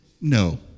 no